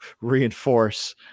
reinforce